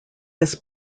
his